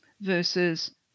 versus